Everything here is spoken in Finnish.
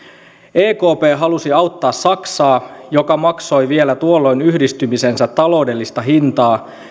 ekp halusi auttaa saksaa joka maksoi vielä tuolloin yhdistymisensä taloudellista hintaa